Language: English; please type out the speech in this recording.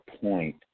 point